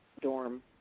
dorm